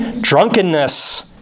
Drunkenness